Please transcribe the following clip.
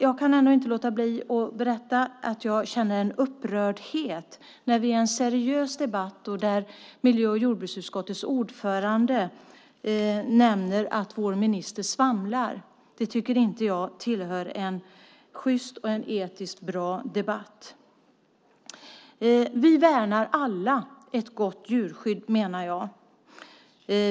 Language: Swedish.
Jag kan inte låta bli att känna en upprördhet när vi i en seriös debatt får höra hur miljö och jordbruksutskottets ordförande påstår att vår minister svamlar. Det tycker inte jag hör hemma i en sjyst och etiskt bra debatt. Vi värnar alla ett gott djurskydd, menar jag.